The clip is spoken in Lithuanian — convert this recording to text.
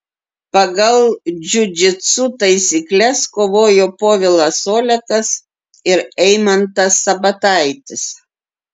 pagal džiudžitsu taisykles kovojo povilas olekas ir eimantas sabataitis